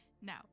Now